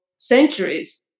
centuries